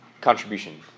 contribution